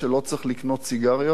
כי באוטו של גדעון,